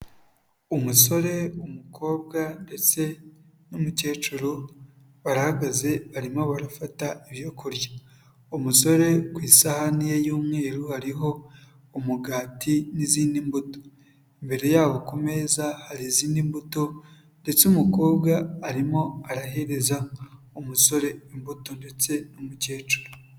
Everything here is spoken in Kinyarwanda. Umusore, umukobwa ndetse n'umukecuru barahagaze barimo barafata ibyo kurya, umusore ku isahani ye y'umweru hariho umugati n'izindi mbuto, imbere yabo ku meza hari izindi mbuto, ndetse umukobwa arimo arahereza umusore imbuto ndetse n'umukecuru.